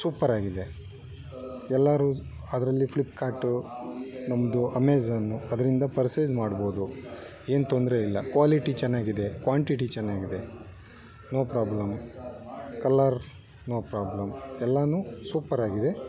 ಸುಪ್ಪರಾಗಿದೆ ಎಲ್ಲರು ಅದರಲ್ಲಿ ಫ್ಲಿಪ್ಕಾರ್ಟು ನಮ್ದು ಅಮೇಝನ್ನು ಅದರಿಂದ ಪರ್ಸೇಸ್ ಮಾಡಬೋದು ಏನು ತೊಂದರೆ ಇಲ್ಲ ಕ್ವಾಲಿಟಿ ಚೆನ್ನಾಗಿದೆ ಕ್ವಾಂಟಿಟಿ ಚೆನ್ನಾಗಿದೆ no problem colour no problem ಎಲ್ಲವೂ ಸುಪ್ಪರಾಗಿದೆ